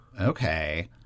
Okay